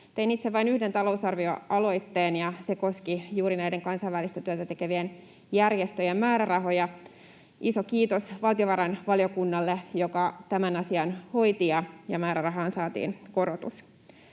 Tein itse vain yhden talousarvioaloitteen, ja se koski juuri näiden kansainvälistä työtä tekevien järjestöjen määrärahoja. Iso kiitos valtiovarainvaliokunnalle, joka tämän asian hoiti ja määrärahaan saatiin korotus.